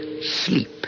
Sleep